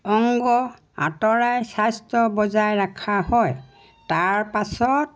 অংগ আঁতৰাই স্বাস্থ্য বজাই ৰখা হয় তাৰ পাছত